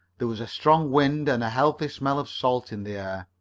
there was a strong wind and a healthful smell of salt in the air.